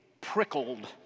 prickled